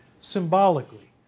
symbolically